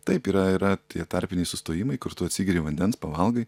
taip yra yra tie tarpiniai sustojimai kur tu atsigeri vandens pavalgai